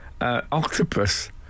octopus